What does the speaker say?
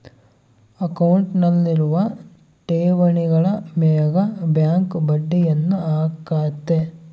ಅಕೌಂಟ್ನಲ್ಲಿರುವ ಠೇವಣಿಗಳ ಮೇಗ ಬ್ಯಾಂಕ್ ಬಡ್ಡಿಯನ್ನ ಹಾಕ್ಕತೆ